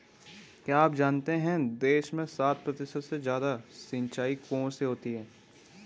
क्या आप जानते है देश में साठ प्रतिशत से ज़्यादा सिंचाई कुओं से होती है?